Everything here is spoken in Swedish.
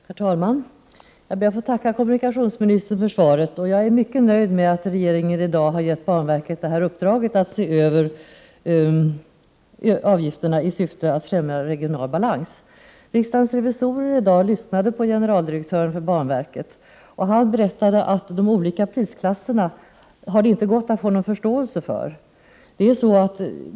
Herr talman! Jag ber att få tacka kommunikationsministern för svaret. Jag är mycket nöjd med att regeringen i dag har gett banverket uppdraget att se över avgifterna i syfte att främja en regional balans. Riksdagens revisorer lyssnade i dag på generaldirektören för banverket. Denne berättade att det inte har gått att vinna någon förståelse för de olika prisklasserna.